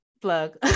plug